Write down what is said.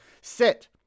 sit